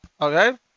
Okay